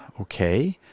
Okay